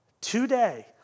today